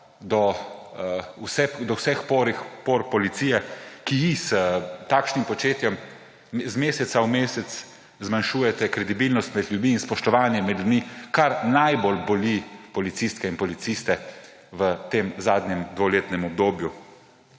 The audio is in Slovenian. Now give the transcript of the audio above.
do vseh por policije, ki ji s takšnim početjem iz meseca v mesec zmanjšujete kredibilnost med ljudmi in spoštovanje med ljudmi, kar najbolj boli policistke in policiste v tem zadnjem dvoletnem obdobju.